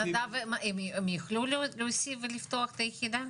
נדב, הם יוכלו להוסיף ולפתוח את היחידה?